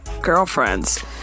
girlfriends